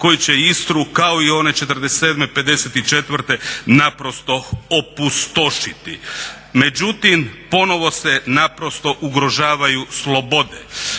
koji će Istru kao i one '47., '54. naprosto opustošiti. Međutim, ponovo se naprosto ugrožavaju slobode.